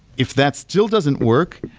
if that still doesn't work,